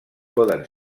poden